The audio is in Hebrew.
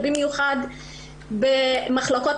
במיוחד במחלקות